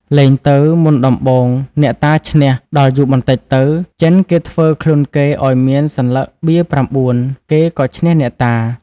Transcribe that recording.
លេងទៅមុនដំបូងអ្នកតាឈ្នះដល់យូរបន្តិចទៅ ចិនគេធ្វើខ្លួនគេឲ្យមានសន្លឹកបៀ៩ គេក៏ឈ្នះអ្នកតា ។